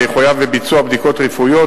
ויחויב בביצוע בדיקות רפואיות,